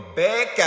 back